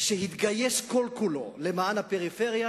שהתגייס כל-כולו למען הפריפריה,